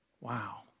Wow